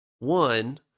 One